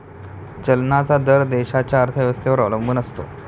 चलनाचा दर देशाच्या अर्थव्यवस्थेवर अवलंबून असतो